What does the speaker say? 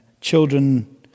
children